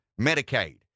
Medicaid